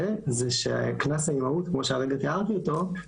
הוא שקנס האימהות כמו שכרגע תיארתי אותו,